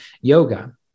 yoga